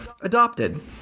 adopted